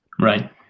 right